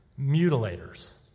mutilators